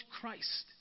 Christ